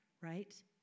right